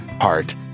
heart